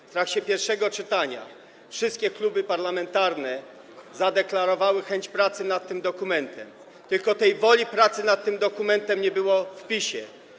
W trakcie pierwszego czytania wszystkie kluby parlamentarne zadeklarowały chęć pracy nad tym dokumentem, tylko woli pracy nad tym dokumentem nie było w PiS.